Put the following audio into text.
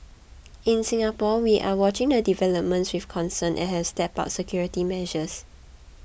in Singapore we are watching the developments with concern and have stepped bulb security measures